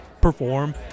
perform